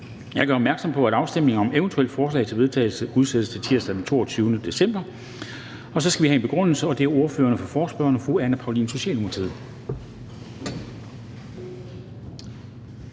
jeg gør opmærksom på, at afstemning om eventuelle forslag til vedtagelse først vil finde sted tirsdag den 22. december 2020. Så skal vi have en begrundelse, og det er ordføreren for forespørgerne, fru Anne Paulin, Socialdemokratiet.